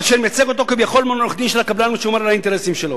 אשר מייצג אותו כביכול מול העורך-דין של הקבלן ושומר על האינטרסים שלו."